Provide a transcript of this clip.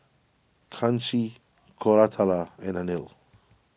Kanshi Koratala and Anil